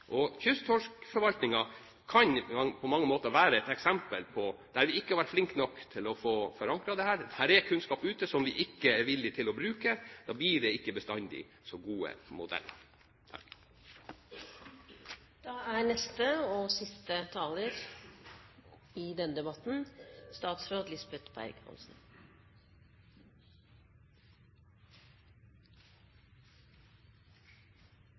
kan på mange måter være et eksempel på at vi ikke har vært flinke nok til å få forankret dette. Her er det kunnskap som vi ikke er villig til å bruke. Da blir det ikke bestandig så gode modeller.